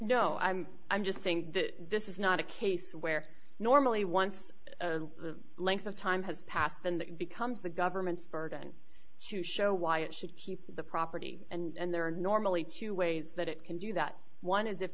no i'm i'm just saying that this is not a case where normally once the length of time has passed then that becomes the government's burden to show why it should keep the property and there are normally two ways that it can do that one is if